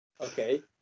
okay